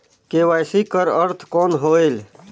KYC कर अर्थ कौन होएल?